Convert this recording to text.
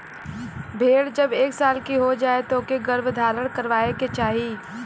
भेड़ जब एक साल के हो जाए तब ओके गर्भधारण करवाए के चाही